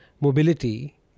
mobility